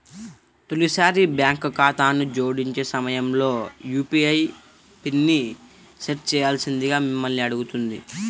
తొలిసారి బ్యాంక్ ఖాతాను జోడించే సమయంలో యూ.పీ.ఐ పిన్ని సెట్ చేయాల్సిందిగా మిమ్మల్ని అడుగుతుంది